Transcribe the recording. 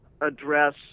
address